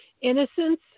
Innocence